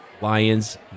Lions